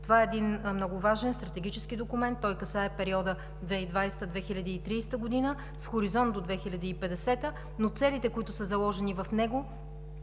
Това е един много важен стратегически документ. Той касае периода 2020 – 2030 г. с хоризонт до 2050 г., но целите, които са заложени в него,